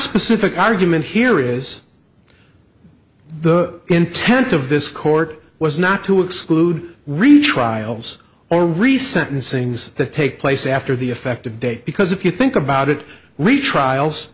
specific argument here is the intent of this court was not to exclude retrials or re sentencings that take place after the effective date because if you think about it re trials